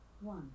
One